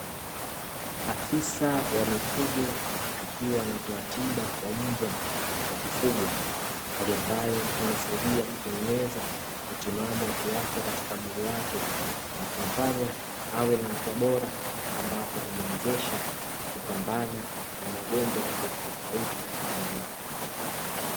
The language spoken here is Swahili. Afisa wa mifugo akiwa anatoa tiba kwa mbwa, wa kufugwa hali ambayo inasaidia kutengeneza, utimamu wa kiafya katika mwili, wake na kumfanya awe na afya bora, ambapo humuwezesha kupambana na magonjwa tofautitofauti katika mwili wake.